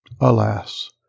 Alas